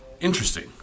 interesting